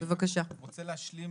מבקש להשלים